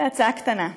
זו הצעה קטנה.